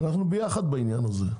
הרי אנחנו ביחד בעניין הזה.